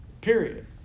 period